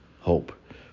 hope